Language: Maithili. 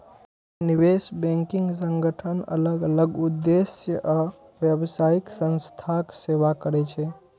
निवेश बैंकिंग संगठन अलग अलग उद्देश्य आ व्यावसायिक संस्थाक सेवा करै छै